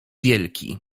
wielki